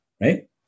Right